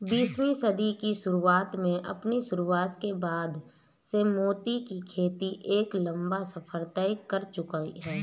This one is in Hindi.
बीसवीं सदी की शुरुआत में अपनी शुरुआत के बाद से मोती की खेती एक लंबा सफर तय कर चुकी है